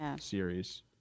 series